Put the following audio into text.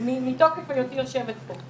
מתוקף היותי יושבת פה.